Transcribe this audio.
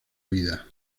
vida